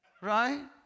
Right